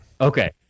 Okay